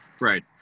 Right